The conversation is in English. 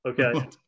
Okay